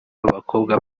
b’abakobwa